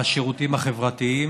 בשירותים החברתיים.